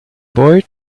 boy